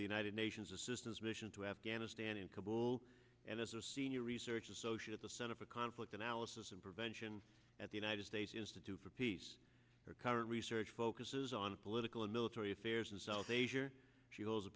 the united nations assistance mission to afghanistan in kabul and is a senior research associate at the center for conflict analysis and prevention at the united states institute for peace our current research focuses on political and military affairs in south asia she goes a